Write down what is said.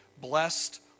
blessed